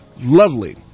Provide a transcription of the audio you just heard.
lovely